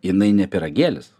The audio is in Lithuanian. jinai ne pyragėlis